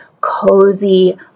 cozy